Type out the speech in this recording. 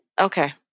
Okay